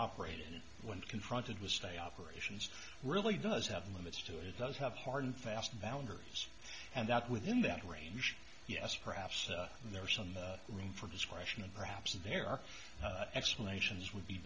operated when confronted with stay operations really does have limits to it it does have hard and fast boundaries and that within that range yes perhaps there are some room for discretion and perhaps there are explanations would be